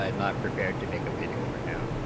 um not prepared to make a video are now